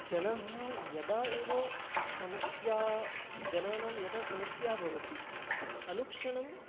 जनाः यदा एव समस्या जनानां यदा समस्या भवति अनुक्षणम्